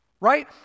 right